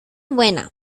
buena